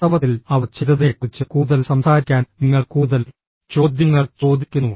വാസ്തവത്തിൽ അവർ ചെയ്തതിനെക്കുറിച്ച് കൂടുതൽ സംസാരിക്കാൻ നിങ്ങൾ കൂടുതൽ ചോദ്യങ്ങൾ ചോദിക്കുന്നു